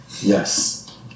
yes